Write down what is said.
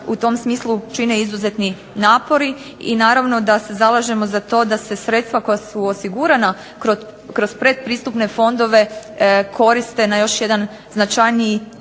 u tom smislu čine izuzetni napori. I naravno da se zalažemo za to da se sredstva koja su osigurana kroz pretpristupne fondove koriste na još jedan značajniji i snažniji